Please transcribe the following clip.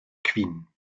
queen